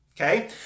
okay